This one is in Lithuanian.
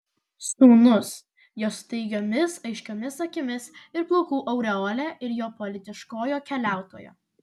sūnus jos staigiomis aiškiomis akimis ir plaukų aureole ir jo politiškojo keliautojo